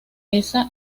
esa